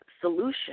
solution